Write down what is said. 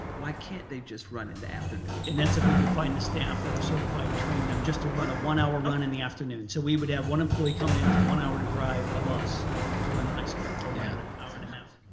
why can't they just run in the afternoon? that's if we can find the staff that are certified and train them just to run a one hour run in the afternoon. so we would have one employee come in for one hour to drive a bus to run the high school, or one and a half.